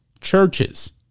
churches